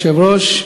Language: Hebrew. אדוני היושב-ראש,